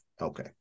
Okay